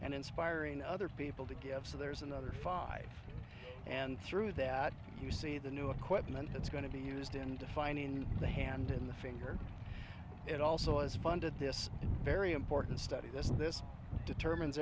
and inspiring other people to give so there's another five and through that you see the new equipment that's going to be used in defining the hand and the finger and it also was funded this very important study this this determines